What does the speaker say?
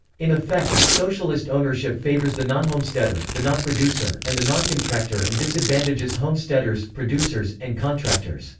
in effect, socialist ownership favors the nonhomesteader, the nonproducer, and the noncontractor and disadvantages homesteaders, producers, and contractors.